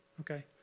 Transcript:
Okay